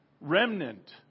remnant